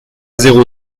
zéro